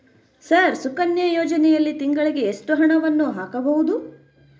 Sir Sukanya ಯೋಜನೆಯಲ್ಲಿ ತಿಂಗಳಿಗೆ ಎಷ್ಟು ಹಣವನ್ನು ಹಾಕಬಹುದು?